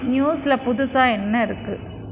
நியூஸில் புதுசாக என்ன இருக்கு